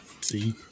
See